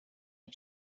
این